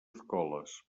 escoles